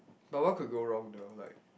but what could go wrong though like